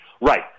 Right